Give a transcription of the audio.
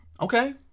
Okay